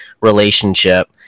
relationship –